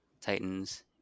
Titans